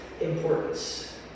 importance